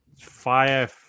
fire